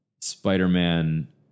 Spider-Man